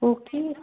okay